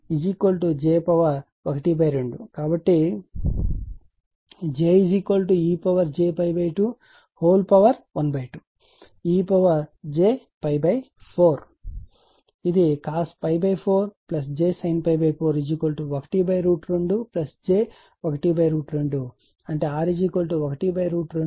కాబట్టి j ej212ej4 ఇది cos 4j sin 4 12j12 అంటే R 1√2 మరియు X కూడా 1√2